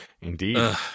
Indeed